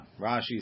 Rashi